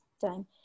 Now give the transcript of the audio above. time